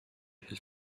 has